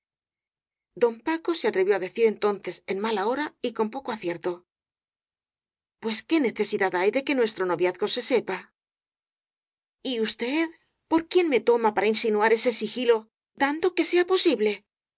don paco se atrevió á decir entonces en mala hora y con poco acierto pues qué necesidad hay de que nuestro no viazgo se sepa y usted por quién me toma para insinuar ese sigilo dado que sea posible